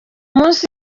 munsi